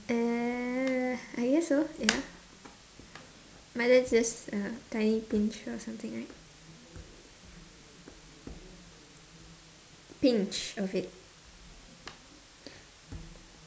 err I guess so ya methods this tiny pinch or something right pinch of it